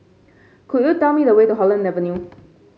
could you tell me the way to Holland Avenue